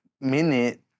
minute